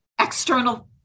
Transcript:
external